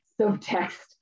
subtext